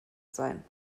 sein